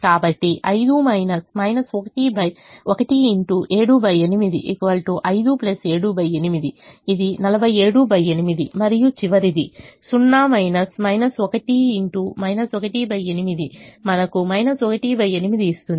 కాబట్టి 5 1 x 78 5 78 ఇది 478 మరియు చివరిది 0 1 x 18 మనకు 18 ఇస్తుంది